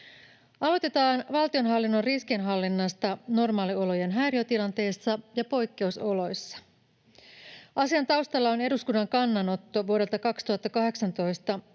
Aloitetaan valtionhallinnon riskienhallinnasta normaaliolojen häiriötilanteissa ja poikkeusoloissa. Asian taustalla on eduskunnan kannanotto vuodelta 2018,